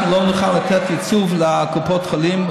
אנחנו לא נוכל לתת ייצוב לקופות החולים,